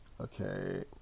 Okay